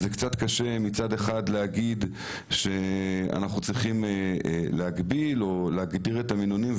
קצת קשה להגיד שאנחנו צריכים להגביל או להגדיר את המינונים,